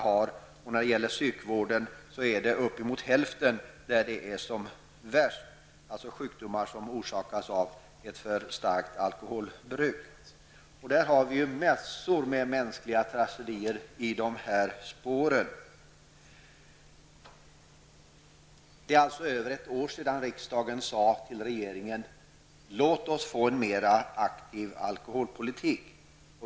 Värst är det inom den psykiatriska vården, där upp emot hälften har svåra alkoholproblem. De drabbas av sjukdomar orsakade av ett omfattande alkoholbruk. Vi har massor med mänskliga tragedier i de här spåren. Det är över ett år sedan som riksdagen sade till regeringen: Låt oss få en mer aktiv alkoholpolitik.